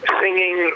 singing